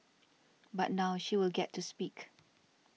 but now she will get to speak